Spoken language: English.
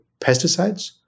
pesticides